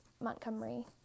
Montgomery